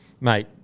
Mate